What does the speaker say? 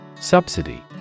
Subsidy